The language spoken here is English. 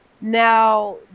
Now